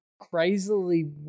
crazily